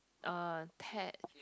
uh Ted